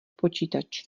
počítač